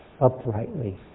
uprightly